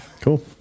cool